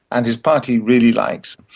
and his party really likes.